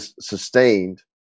sustained